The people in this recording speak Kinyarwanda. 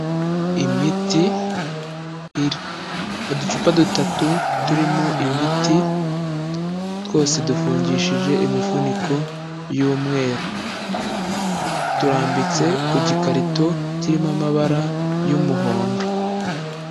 Imiti, uducupa dutatu turimo imiti twose dufungishije imifuniko y'umweru. Turambitse ku gikarito kirimo amabara y'umuhondo.